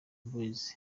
boyz